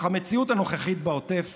אך המציאות הנוכחית בעוטף